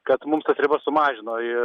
kad mums tas ribas sumažino i